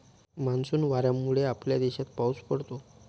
monsoon वाऱ्यांमुळे आपल्या देशात पाऊस पडतो